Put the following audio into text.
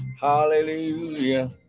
hallelujah